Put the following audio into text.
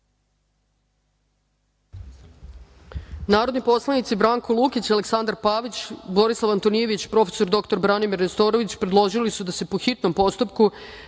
reda. Narodni poslanici Branko Lukić, Aleksandar Pavić, Borisav Antonijević i prof. dr. Branimir Nestorović predložili su da se, po hitnom postupku,